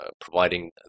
providing